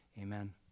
Amen